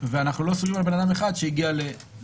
ואנחנו לא סוגרים בגלל אדם אחד שהגיע לבלגיה.